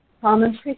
common